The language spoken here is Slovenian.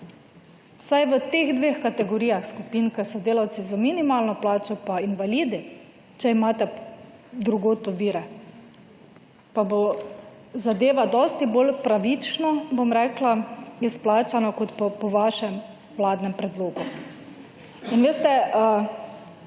vsaj v teh dveh kategorijah skupin, ko so delavci z minimalno plačo pa invalidi, če imate drugod ovire, pa bo zadeva dosti bolj pravično, bom rekla, izplačana, kot pa po vašem vladnem predlogu. In veste,